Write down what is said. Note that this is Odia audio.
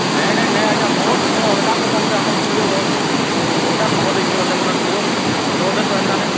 ନାଇଁ ନାଇଁ ନାଇଁ ଆଜ୍ଞା ମୋର୍ ନାଇଁ ଅଲଗା କେନ୍ତା ଗୋଟେ ଆପଣଙ୍କେ କେନ୍ ଅଲଗା ଖବର ଦେଇଛେ ବୋଧେ ଦେଖୁନା ମୋର ଷ୍ଟୋରରେ ତ ଏନ୍ତା ନାଇଁ